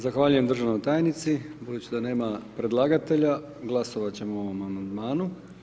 Zahvaljujem državnoj tajnici, budući da nema predlagatelja, glasovati ćemo o ovom amandmanu.